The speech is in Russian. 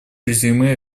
резюме